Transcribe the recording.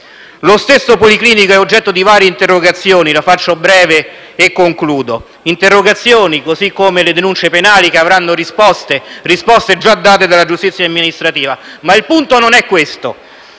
Lo stesso policlinico è oggetto di varie interrogazioni (la faccio breve e concludo); tali interrogazioni, così come le denunce penali, avranno risposte, già date dalla giustizia amministrativa. Ma il punto non è questo.